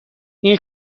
این